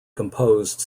composed